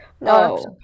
No